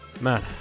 man